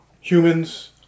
humans